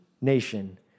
nation